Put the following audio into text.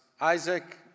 Isaac